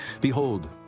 Behold